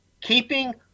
Keeping